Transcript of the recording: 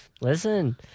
Listen